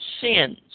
sins